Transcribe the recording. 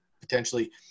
potentially –